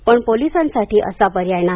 पण पोलिसांसाठी असा पर्याय नाही